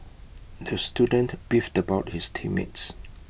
the student beefed about his team mates